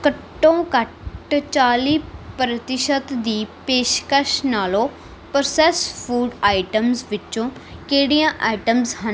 ਘੱਟੋ ਘੱਟ ਚਾਲ੍ਹੀ ਪ੍ਰਤੀਸ਼ਤ ਦੀ ਪੇਸ਼ਕਸ਼ ਨਾਲ ਪ੍ਰੋਸੈਸਡ ਫੂਡ ਆਈਟਮਸ ਵਿੱਚ ਕਿਹੜੀਆਂ ਆਈਟਮਸ ਹਨ